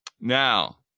Now